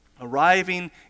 arriving